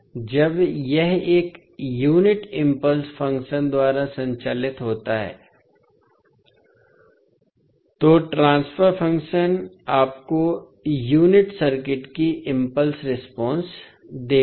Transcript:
जब यह एक यूनिट इम्पल्स फ़ंक्शन द्वारा संचालित होता है तो ट्रांसफर फ़ंक्शन आपको यूनिट सर्किट की इम्पल्स रेस्पॉन्स देगा